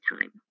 time